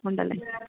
ഉണ്ടല്ലേ